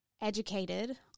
educated